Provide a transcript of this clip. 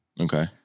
Okay